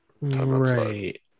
Right